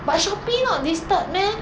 but Shopee not listed meh